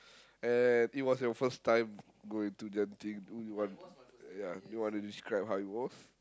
and it was your first time going to Genting do you want ya do you want to describe how it was